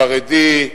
חרדי,